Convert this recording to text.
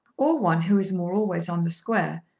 or one who is more always on the square.